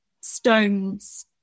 stones